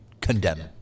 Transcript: condemn